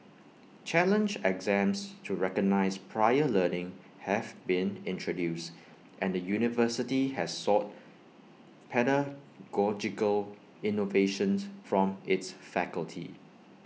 challenge exams to recognise prior learning have been introduced and the university has sought pedagogical innovations from its faculty